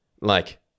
Like-